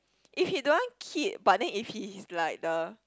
if he don't want kid but then if he is like the